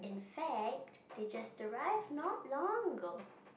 sad did you just derived not long ago